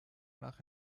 nach